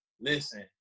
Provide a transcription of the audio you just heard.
Listen